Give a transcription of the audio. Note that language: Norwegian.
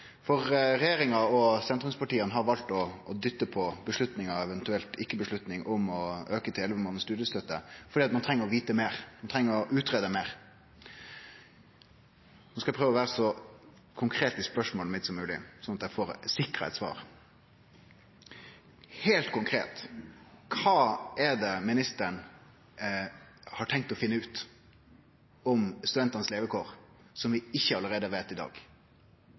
det. Regjeringa og sentrumspartia har valt å dytte på avgjerda – eventuelt ikkje avgjerd – om å auke til elleve månaders studiestøtte fordi ein treng å vite meir, ein treng å greie ut meir. Eg skal prøve å vere så konkret som mogleg i spørsmålet mitt, slik at eg er sikra eit svar: Heilt konkret: Kva er det ministeren har tenkt å finne ut om studentanes levekår som vi ikkje allereie veit i dag?